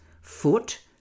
foot